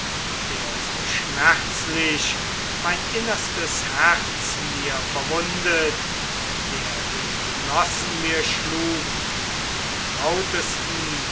der so schmerzlich mein innerstes herz mir verwundet der den genossen mir schlug den trautesten